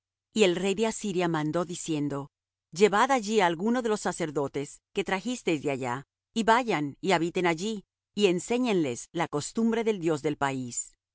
y el rey de asiria mandó diciendo llevad allí á alguno de los sacerdote que trajisteis de allá y vayan y habiten allí y enséñenles la costumbre del dios del país